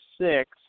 six